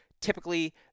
Typically